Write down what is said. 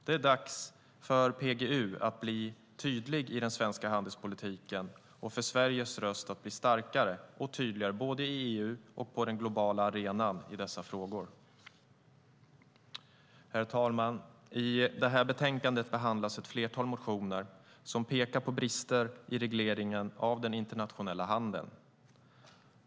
Det är dags för PGU att bli tydlig i den svenska handelspolitiken och för Sveriges röst att bli starkare och tydligare både i EU och på den globala arenan i dessa frågor. Herr talman! I det här betänkandet behandlas ett flertal motioner som pekar på brister i regleringen av den internationella handeln.